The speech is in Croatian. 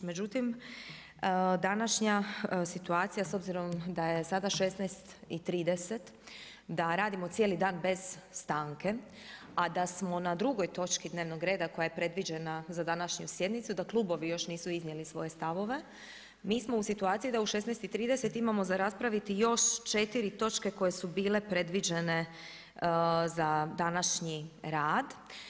Međutim, današnja situacija, s obzirom da je sada 16,30 da radimo cijeli dan bez stanke, a da smo na drugoj točci dnevnog reda koja je predviđena za današnju sjednicu, da klubovi nisu još iznijeli svoje stavove, mi smo u situaciji da u 16,30 imamo za raspraviti još 4 točke koje su bile predviđene za današnji rad.